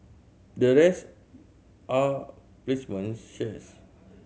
the rest are placement shares